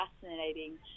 fascinating